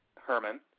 Herman